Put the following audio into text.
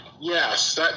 Yes